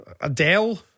Adele